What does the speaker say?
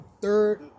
third